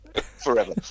Forever